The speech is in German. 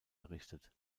errichtet